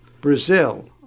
Brazil